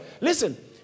listen